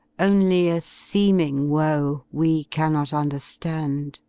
only a seeming woe, we cannot understand.